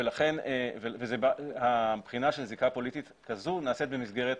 ולכן הבחינה של זיקה פוליטית כזו נעשית במסגרת